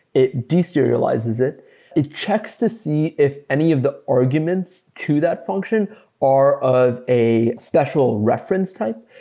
it de-serializes. it it checks to see if any of the arguments to that function are of a special reference type.